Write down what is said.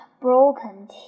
broken